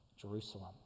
jerusalem